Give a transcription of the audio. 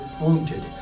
wounded